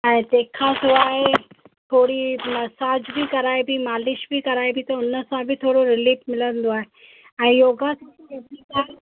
ऐं तंहिंखां सवाइ थोरी मसाज बि कराइबी मालिश बि कराइबी त हुन सां बि थोरो रिलिफ मिलंदो आहे ऐं योगा सां